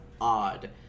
odd